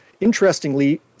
interestingly